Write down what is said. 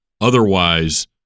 otherwise-